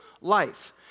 life